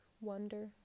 Wonder